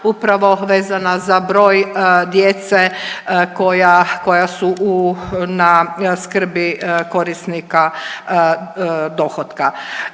upravo vezana za broj djece koja su na skrbi korisnika dohotka.